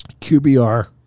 QBR